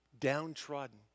downtrodden